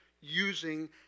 using